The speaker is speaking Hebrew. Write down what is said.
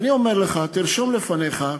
ואני אומר לך, תרשום לפניך,